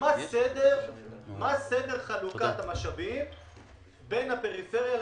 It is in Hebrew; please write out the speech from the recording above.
ומה סדר חלוקת המשאבים בין הפריפריה למרכז.